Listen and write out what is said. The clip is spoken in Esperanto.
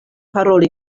paroli